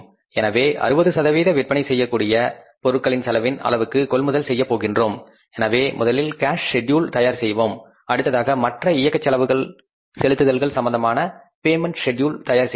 எனவே நாம் 60 சதவீத விற்பனை செய்யக்கூடிய பொருட்களின் செலவின் அளவுக்கு கொள்முதல் செய்யப் போகின்றோம் எனவே முதலில் கேஸ் செட்யூல் தயார் செய்வோம் அடுத்ததாக மற்ற இயக்க செலவுகள் செலுத்துதல்கள் சம்பந்தமான பேமெண்ட் செட்யூல் தயார் செய்வோம்